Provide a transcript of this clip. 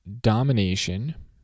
domination